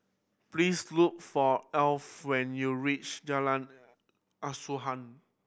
please look for Arlo when you reach Jalan Asuhan